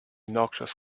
noxious